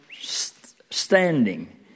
standing